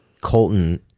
colton